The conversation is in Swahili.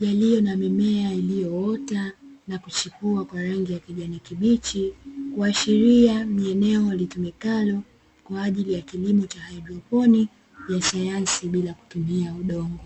yaliyo na mimea yaliyoota na kuchipua kwa rangi ya kijani kibichi. Kuashiria ni eneo litumikalo kwa ajili ya kilimo cha haidroponi ya sayansi bila ya kutumia udongo.